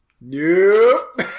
Nope